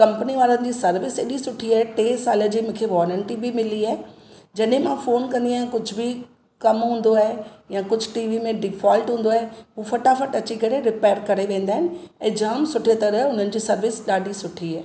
company वारनि जी service ऐॾी सुठी आहे टे साल जी मूंखे वारंटी बि मिली आहे जॾहिं मां फोन कंदी आहियां कुझु बि कमु हूंदो आहे या कुझु टि वी में डिफॉल्ट हूंदो आहे हू फटाफट अची करे रीपेर करे वेंदा आहिनि ऐं जामु सुठी तरह उन्हनि जी सर्विस ॾाढी सुठी आहे